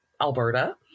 Alberta